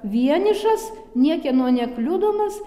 vienišas niekieno nekliudomas